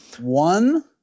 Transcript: one